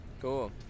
Cool